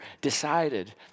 decided